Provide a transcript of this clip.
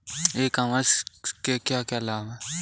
ई commerce के क्या क्या लाभ हैं?